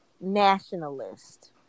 nationalist